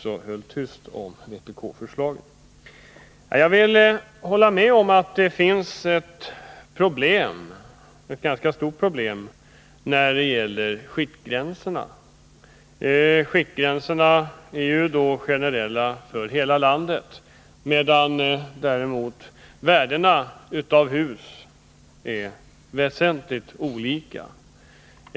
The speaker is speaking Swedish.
Jag håller med om att det finns ett ganska stort problem när det gäller skiktgränserna. Skiktgränserna är ju generella för hela landet, medan däremot värdena av hus är väsentligt olika.